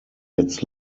jetzt